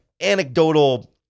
anecdotal